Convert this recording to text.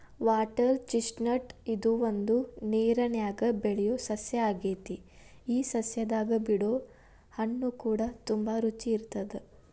water chestnut ಇದು ಒಂದು ನೇರನ್ಯಾಗ ಬೆಳಿಯೊ ಸಸ್ಯ ಆಗೆತಿ ಈ ಸಸ್ಯದಾಗ ಬಿಡೊ ಹಣ್ಣುಕೂಡ ತುಂಬಾ ರುಚಿ ಇರತ್ತದ